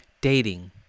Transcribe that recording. Dating